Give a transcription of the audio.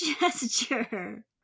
gesture